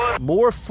more